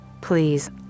Please